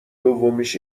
دومیش